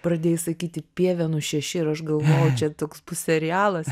pradėjai sakyti pievenų šeši ir aš galvojau čia toks pu serialas